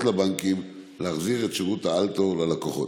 לבנקים להחזיר את שירות האל-תור ללקוחות?